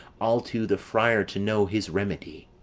i'll to the friar to know his remedy.